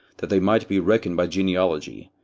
that they might be reckoned by genealogy.